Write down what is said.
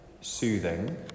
soothing